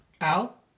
Al